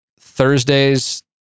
Thursdays